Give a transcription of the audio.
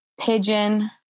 pigeon